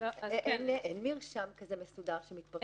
אין מרשם כזה מסודר שמתפרסם לציבור.